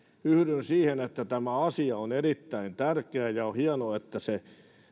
yhdyn siihen että tämä asia on erittäin tärkeä ja on hienoa että se